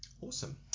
Awesome